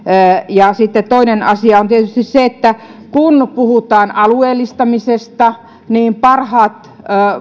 ja sitten toinen asia on tietysti se että kun puhutaan alueellistamisesta niin parhaat